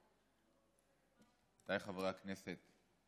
חבריי חברי הכנסת,